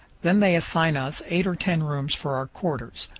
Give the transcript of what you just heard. then they assign us eight or ten rooms for our quarters.